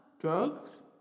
Drugs